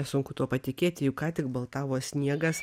sunku tuo patikėti juk ką tik baltavo sniegas